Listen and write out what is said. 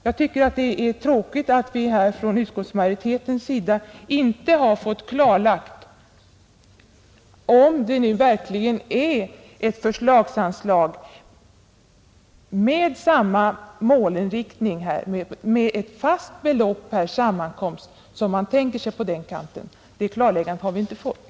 Jag tycker det är tråkigt att vi inte har fått klarlagt från utskottsmajoritetens sida om det verkligen är ett förslagsanslag med samma målinriktning och ett fast belopp per sammankomst som man tänker sig på den kanten, Det klarläggandet har vi inte fått.